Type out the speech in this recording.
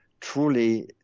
truly